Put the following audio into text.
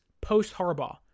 post-Harbaugh